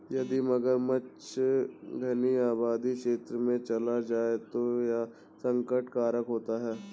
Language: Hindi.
यदि मगरमच्छ घनी आबादी क्षेत्र में चला जाए तो यह संकट कारक होता है